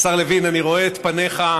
השר לוין, אני רואה את פניך,